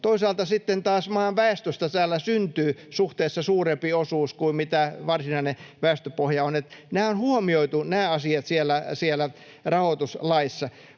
taas maan väestöstä täällä syntyy suhteessa suurempi osuus kuin mitä varsinainen väestöpohja on. Nämä asiat on huomioitu siellä rahoituslaissa.